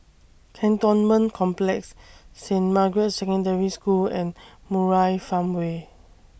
Cantonment Complex Saint Margaret's Secondary School and Murai Farmway